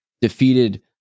defeated